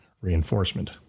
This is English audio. reinforcement